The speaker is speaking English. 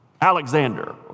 Alexander